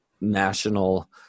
national